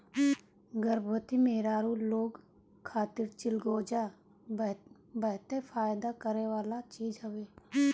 गर्भवती मेहरारू लोग खातिर चिलगोजा बहते फायदा करेवाला चीज हवे